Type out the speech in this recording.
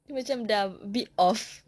macam sudah a bit off